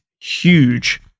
huge